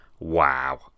Wow